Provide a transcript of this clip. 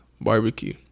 barbecue